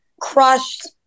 crushed